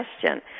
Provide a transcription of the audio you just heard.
question